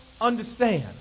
understand